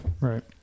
right